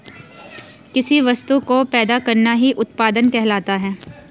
किसी वस्तु को पैदा करना ही उत्पादन कहलाता है